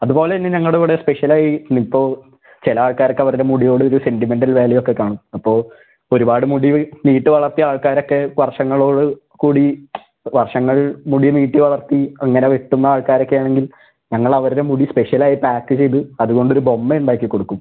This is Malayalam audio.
അതുപോലെ തന്നെ ഞങ്ങളിവിടെ സ്പെഷ്യലായി ഇപ്പോൾ ചില ആൾക്കാരൊക്കെ അവരുടെ മുടിയോടൊരു സെൻറ്റിമെൻറ്റൽ വാല്യൂ ഒക്കെ കാണും അപ്പോൾ ഒരുപാട് മുടി നീട്ടി വളർത്തിയ ആൾക്കാരൊക്കെ വർഷങ്ങളോട് കൂടി വർഷങ്ങൾ മുടി നീട്ടി വളർത്തി ഇങ്ങനെ വെട്ടുന്നാൾക്കാരൊക്കെ ആണെങ്കിൽ ഞങ്ങളവരുടെ മുടി സ്പെഷ്യലായി പാക്ക് ചെയ്ത് അത് കൊണ്ടൊരു ബൊമ്മയുണ്ടാക്കി കൊടുക്കും